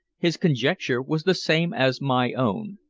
his conjecture was the same as my own,